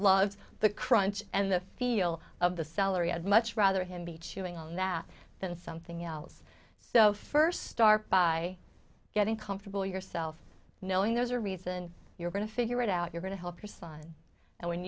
loves the crunch and the feel of the celery i'd much rather him be chewing on that than something else so first start by getting comfortable yourself knowing there's a reason you're going to figure it out you're going to help your son and when